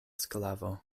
sklavo